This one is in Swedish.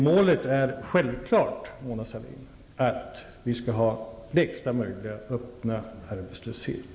Målet är självfallet, Mona Sahlin, att vi skall ha lägsta möjliga öppna arbetslöshet.